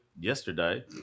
yesterday